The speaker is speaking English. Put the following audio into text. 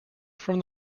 from